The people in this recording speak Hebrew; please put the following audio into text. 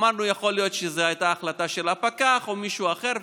אמרנו: יכול להיות שזו הייתה החלטה של הפקח או מישהו אחר.